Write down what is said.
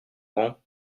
grand